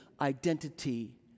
identity